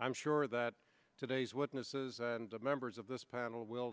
i'm sure that today's witnesses and members of this panel will